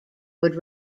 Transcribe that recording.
would